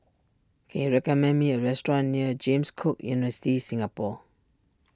can you recommend me a restaurant near James Cook University Singapore